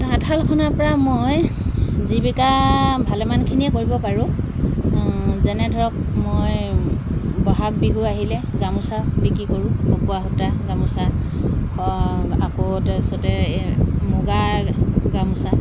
তাঁতশালখনৰপৰা মই জীৱিকা ভালেমানখিনিয়ে কৰিব পাৰোঁ যেনে ধৰক মই বহাগ বিহু আহিলে গামোচা বিক্ৰী কৰোঁ পকোৱা সূতাৰ গামোচা হওক আকৌ তাৰপিছতে এই মুগাৰ গামোচা